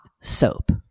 soap